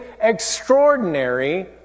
extraordinary